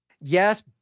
Yes